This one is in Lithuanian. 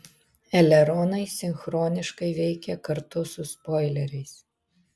eleronai sinchroniškai veikia kartu su spoileriais